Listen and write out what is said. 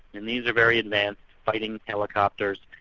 and these are very advanced fighting helicopters.